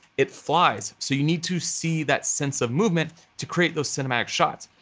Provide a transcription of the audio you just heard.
it flies, so you need to see that sense of movement to create those cinematic shots.